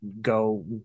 go